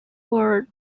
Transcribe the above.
were